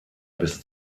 bis